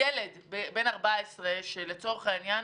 ילד בן 14 שלצורך העניין